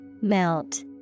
melt